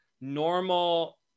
normal